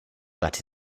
that